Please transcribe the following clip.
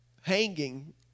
hanging